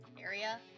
area